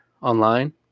online